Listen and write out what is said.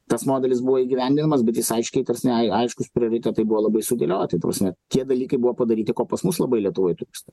tas modelis buvo įgyvendinamas bet jis aiškiai ta prasme ai aiškūs prioritetai buvo labai sudėlioti ta prasme tie dalykai buvo padaryti ko pas mus labai lietuvoj trūksta